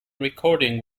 recording